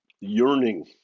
yearning